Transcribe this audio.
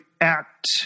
act